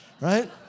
right